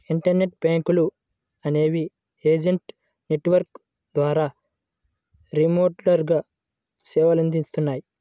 internet బ్యాంకులు అనేవి agent network ద్వారా రిమోట్గా సేవలనందిస్తాయి